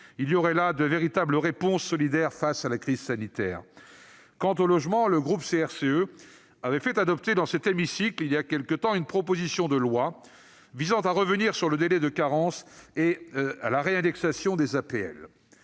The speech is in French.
Il y aurait là de véritables réponses solidaires face à la crise sanitaire. Quant au logement, le groupe CRCE a fait adopter, dans cet hémicycle, voilà quelque temps, une proposition de loi tendant à revenir sur le délai de carence et la réindexation des APL.